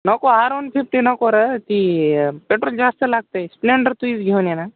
नको R one fifty नको रे ती पेट्रोल जास्त लागतं स्प्लेंडर तुझीच घेऊन ये ना